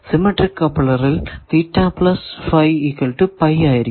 symmetric കപ്ലറിൽ ആയിരിക്കും